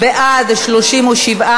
בעד, 37,